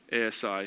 ASI